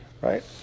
Right